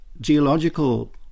geological